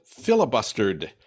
Filibustered